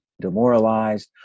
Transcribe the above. demoralized